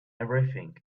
everything